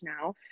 now